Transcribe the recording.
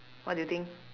what do you think